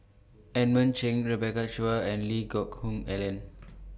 Edmund Cheng Rebecca Chua and Lee Geck Hoon Ellen